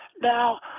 Now